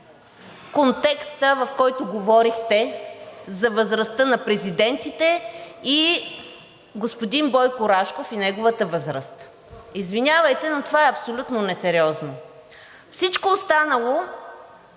контекста, в който говорихте за възрастта на президентите и господин Бойко Рашков и неговата възраст. Извинявайте, но това е абсолютно несериозно. Всичко останало,